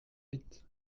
huit